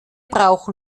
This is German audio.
brauchen